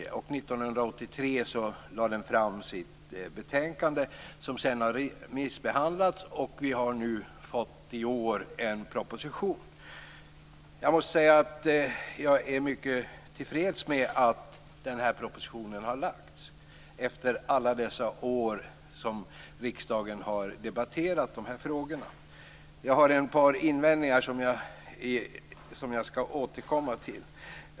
År 1993 lade den fram sitt betänkande. Det har därefter remissbehandlats. I år har en proposition lagts fram. Jag är mycket till freds med att propositionen har lagts fram efter alla dessa år som riksdagen har debatterat frågorna. Jag har ett par invändningar som jag skall återkomma till.